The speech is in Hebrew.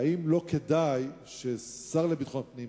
האם לא כדאי שהשר לביטחון הפנים,